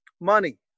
Money